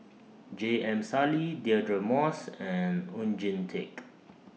J M Sali Deirdre Moss and Oon Jin Teik